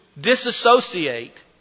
disassociate